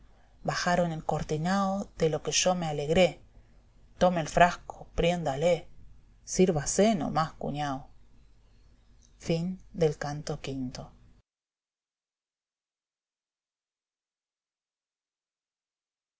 bajaron el cortinao de lo que yo me alegré tome el frasco priendalé sirvasé no más cuñao